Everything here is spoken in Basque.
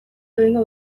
egingo